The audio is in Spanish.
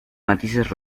matices